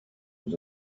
was